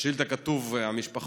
בשאילתה כתוב "המשפחות",